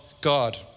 God